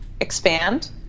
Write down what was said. expand